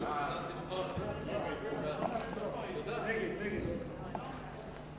וחבר הכנסת טלב אלסאנע לסעיף 1 לא נתקבלה.